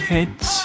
Heads